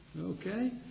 Okay